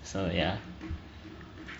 so ya